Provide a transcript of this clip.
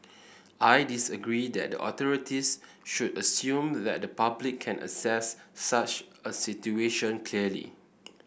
I disagree that the authorities should assume that the public can assess such a situation clearly